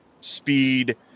speed